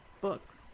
books